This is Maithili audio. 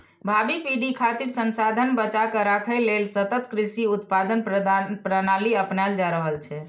भावी पीढ़ी खातिर संसाधन बचाके राखै लेल सतत कृषि उत्पादन प्रणाली अपनाएल जा रहल छै